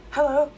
Hello